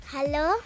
Hello